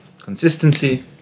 consistency